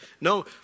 No